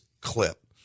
clip